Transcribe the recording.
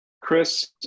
Chris